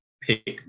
pick